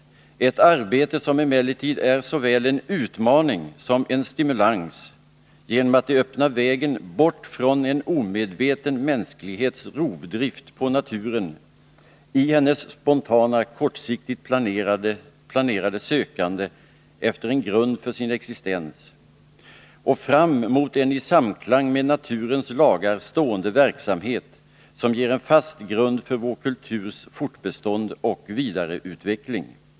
Det gäller ett arbete som emellertid är såväl en utmaning som en stimulans genom att det öppnar vägen bort från en omedveten mänsklighets rovdrift på naturen i denna mänsklighets spontana, kortsiktigt planerade sökande efter en grund för sin existens, fram mot en i samklang med naturens lagar stående verksamhet, som ger en fast grund för vår kulturs fortbestånd och vidareutveckling.